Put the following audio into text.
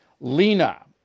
Lena